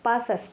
पासष्ट